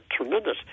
tremendous